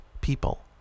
People